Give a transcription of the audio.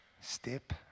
step